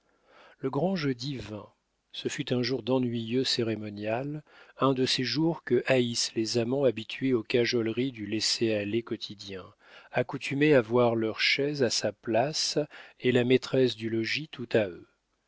le grand jeudi vint ce fut un jour d'ennuyeux cérémonial un de ces jours que haïssent les amants habitués aux cajoleries du laissez-aller quotidien accoutumés à voir leur chaise à sa place et la maîtresse du logis tout à eux